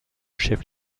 chef